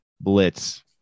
blitz